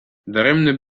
daremne